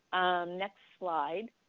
next slide.